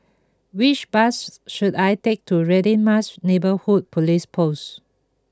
which bus should I take to Radin Mas Neighbourhood Police Post